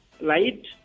light